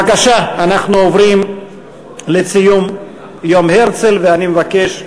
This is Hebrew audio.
בבקשה, אנחנו עוברים לציון יום הרצל, ואני מבקש,